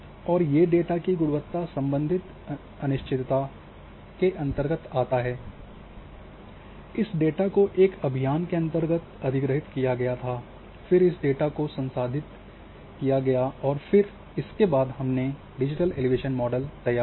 तो ये डेटा की गुणवत्ता सम्बंधित अनिश्चितता के अंतर्गत आता हैं इस डेटा को एक अभियान के अंतर्गत अधिग्रहित किया गया था फ़िट इस डेटा को संसाधित किया गया है और फिर इसके बाद हमने डिजिटल एलिवेशन मॉडल तैयार किया